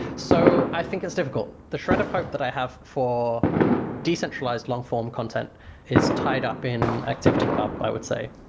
so i think it's difficult the shred of hope that i have for decentralized long-form content is tied up in activity pub, i would say.